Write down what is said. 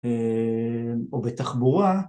או בתחבורה